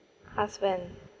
ask when